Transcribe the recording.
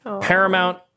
Paramount